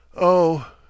Oh